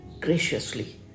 graciously